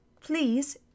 Please